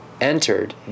entered